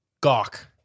Gawk